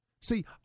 See